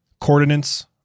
coordinates